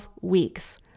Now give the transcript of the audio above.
weeks